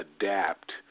adapt